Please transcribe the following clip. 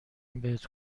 بهت